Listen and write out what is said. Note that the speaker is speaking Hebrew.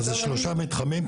זה שלושה מתחמים.